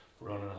running